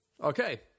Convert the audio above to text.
Okay